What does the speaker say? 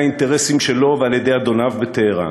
האינטרסים שלו ועל-ידי אדוניו בטהרן.